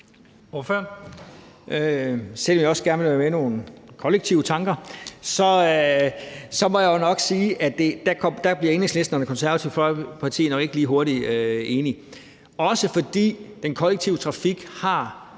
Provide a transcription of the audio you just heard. (KF): Selv om jeg også gerne vil være med i nogle kollektive tanker, må jeg jo nok sige, at der bliver Enhedslisten og Det Konservative Folkeparti nok ikke lige hurtigt enige, også fordi den kollektive trafik jo